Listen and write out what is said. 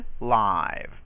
live